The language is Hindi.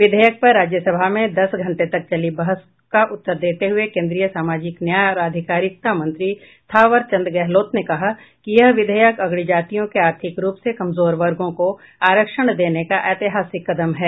विधेयक पर राज्यसभा में दस घंटे तक चली बहस का उत्तर देते हुए केन्द्रीय सामाजिक न्याय और अधिकारिता मंत्री थावर चन्द गहलोत ने कहा कि यह विधेयक अगड़ी जातियों के आर्थिक रूप से कमजोर वर्गों को आरक्षण देने का ऐतिहासिक कदम है